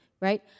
right